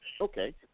Okay